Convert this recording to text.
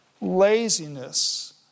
laziness